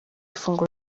ifunguro